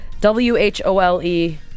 W-H-O-L-E